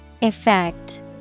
Effect